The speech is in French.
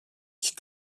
qui